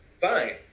Fine